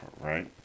right